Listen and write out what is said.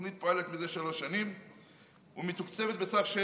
התוכנית פועלת מזה שלוש שנים ומתוקצבת בסך של